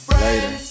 Later